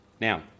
now